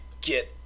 get